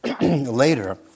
later